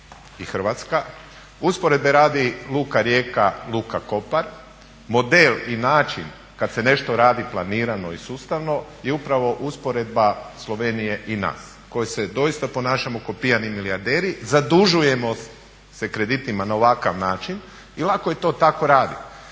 i Hrvatska, usporedbe radi luka Rijeka, luka Kopar, model i način kad se nešto radi planirano i sustavno je upravo usporedba Slovenije i nas koji se doista ponašamo ko pijani milijarderi, zadužujemo se kreditima na ovakav način. I lako je to tako raditi.